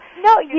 No